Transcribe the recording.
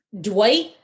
Dwight